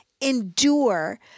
endure